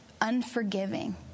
unforgiving